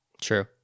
True